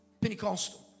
Pentecostal